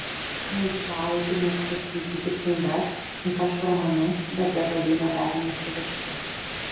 laisvalaikiu mėgstu skaityti knygas ypač romanus bet be žodyno dar neišsiverčiu